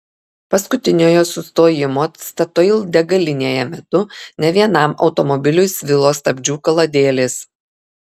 paskutiniojo sustojimo statoil degalinėje metu ne vienam automobiliui svilo stabdžių kaladėlės